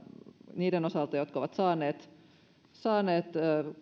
niiden osalta jotka ovat saaneet saaneet